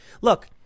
Look